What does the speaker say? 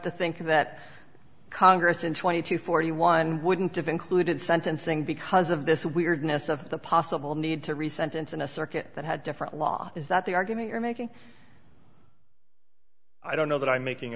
to think that congress in twenty to forty one wouldn't have included sentencing because of this weirdness of the possible need to re sentence in a circuit that had different law is that the argument you're making i don't know that i'm making